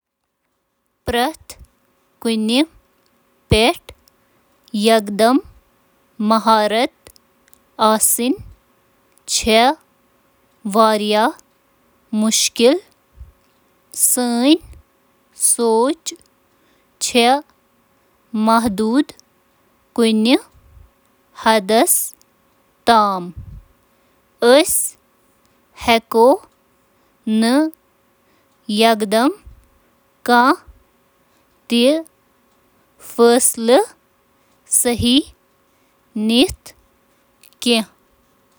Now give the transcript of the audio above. نہ، مُکمل یقین سۭتۍ چُھ نہٕ کنہہ تہٕ زانُن ممکن: